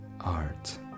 art